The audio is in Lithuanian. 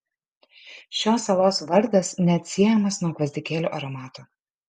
šios salos vardas neatsiejamas nuo gvazdikėlių aromato